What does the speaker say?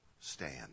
Stand